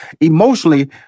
emotionally